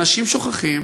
אנשים שוכחים